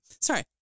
sorry